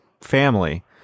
family